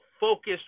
focused